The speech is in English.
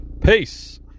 peace